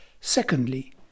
Secondly